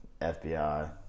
FBI